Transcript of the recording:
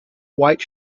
white